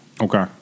Okay